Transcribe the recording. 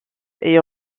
est